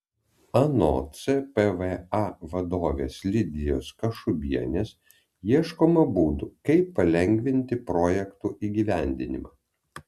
anot cpva vadovės lidijos kašubienės ieškoma būdų kaip palengvinti projektų įgyvendinimą